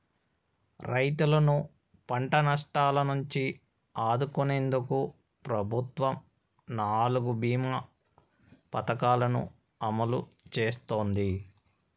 రైతులను పంట నష్టాల నుంచి ఆదుకునేందుకు ప్రభుత్వం నాలుగు భీమ పథకాలను అమలు చేస్తోంది